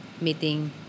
meeting